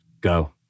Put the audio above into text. Go